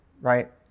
right